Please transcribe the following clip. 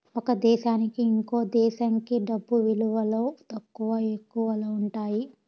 ఒక దేశానికి ఇంకో దేశంకి డబ్బు విలువలో తక్కువ, ఎక్కువలు ఉంటాయి